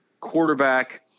quarterback